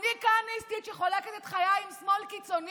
אני כהניסטית, שחולקת את חיי עם שמאל קיצוני?